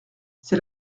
c’est